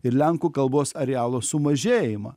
ir lenkų kalbos arealo sumažėjimą